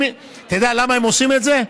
אתה יודע למה הם עושים את זה?